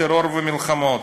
טרור ומלחמות.